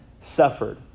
suffered